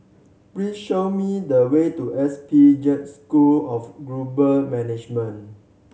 please show me the way to S P Jain School of Global Management